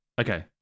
Okay